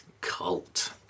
Cult